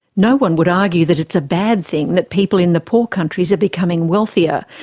no-one would argue that it's a bad thing that people in the poor countries are becoming wealthier,